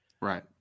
Right